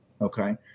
Okay